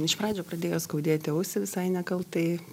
iš pradžių pradėjo skaudėti ausį visai nekaltai